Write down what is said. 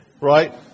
Right